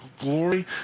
glory